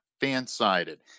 fan-sided